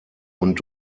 und